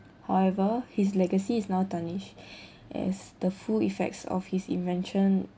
however his legacy is now tarnished as the full effects of his invention